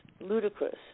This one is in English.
ludicrous